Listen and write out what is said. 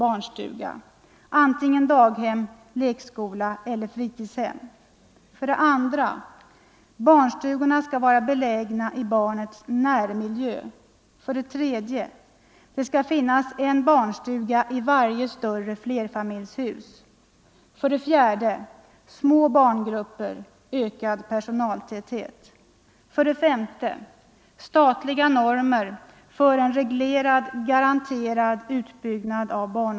Barnstugorna skall vara belägna i barnets närmiljö. 3. Det skall finnas en barnstuga i varje större flerfamiljshus. 6.